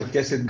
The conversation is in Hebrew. גם צ'רקסית,